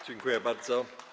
Dziękuję bardzo.